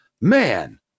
Man